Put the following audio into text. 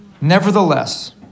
Nevertheless